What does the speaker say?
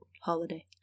holiday